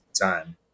time